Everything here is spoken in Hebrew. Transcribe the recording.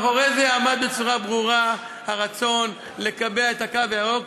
מאחורי זה עמד בצורה ברורה הרצון לקבע את הקו הירוק